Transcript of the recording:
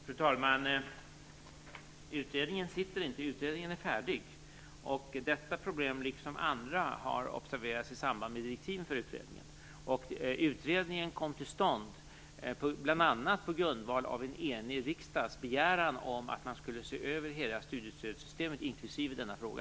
Fru talman! Utredningen sitter inte, därför att utredningen är färdig. Detta problem, liksom andra, har observerats i samband med direktiven för utredningen. Och utredningen kom till stånd bl.a. på grundval av en enig riksdags begäran om att man skulle se över hela studiestödssystemet, inklusive denna fråga.